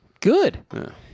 good